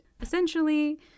Essentially